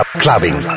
clubbing